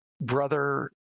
brother